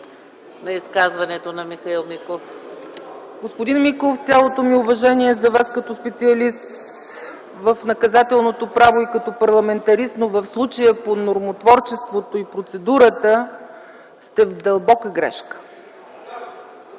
на изказването на Михаил Миков. ЦЕЦКА ЦАЧЕВА (ГЕРБ): Господин Миков, с цялото ми уважение за Вас като специалист в наказателното право и като парламентарист, но в случая по нормотворчеството и в процедурата сте в дълбока грешка.